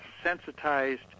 sensitized